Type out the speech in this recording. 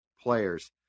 players